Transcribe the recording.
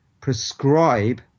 prescribe